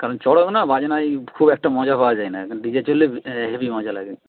কারণ চড়ক না বাজনায় খুব একটা মজা পাওয়া যায় না ডি জে চললে হেবি মজা লাগে